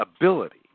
ability